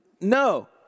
No